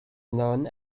known